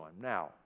Now